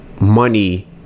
money